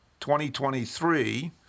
2023